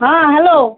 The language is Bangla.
হ্যাঁ হ্যালো